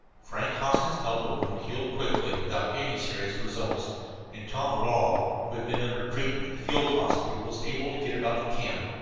frank hoskins' elbow wound healed quickly, without any serious results and tom rawle, who had been under treatment at the field hospital, was able to get about the camp,